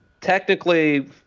technically